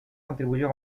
contribuyó